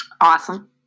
Awesome